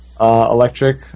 Electric